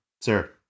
sir